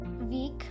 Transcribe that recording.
week